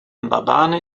mbabane